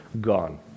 gone